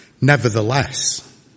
Nevertheless